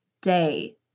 day